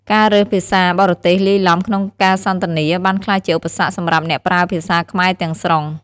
ការរើសភាសាបរទេសលាយទ្បំក្នុងការសន្ទនាបានក្លាយជាឧបសគ្គសម្រាប់អ្នកប្រើភាសាខ្មែរទាំងស្រុង។